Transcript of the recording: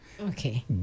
Okay